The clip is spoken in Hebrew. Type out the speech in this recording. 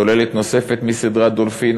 צוללת נוספת מסדרת "דולפין".